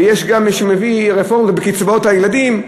ויש גם מי שמביא רפורמות בקצבאות הילדים.